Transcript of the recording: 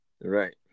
Right